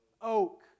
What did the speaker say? Oak